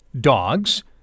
dogs